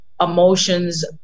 emotions